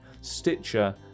Stitcher